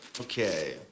Okay